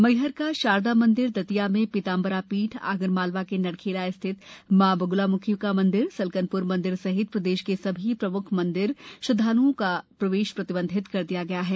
मैहर का शारदा मंदिरदतिया में पीताम्बरा पीठ आगर मालवा का मां बग्लाम्खी मंदिरसलकनप्र मंदिर सहित प्रदेश के सभी प्रमुख माता मंदिरों में श्रद्धालुओं का प्रवेश प्रतिबंधित कर दिया गया है